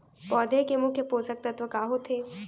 पौधे के मुख्य पोसक तत्व का होथे?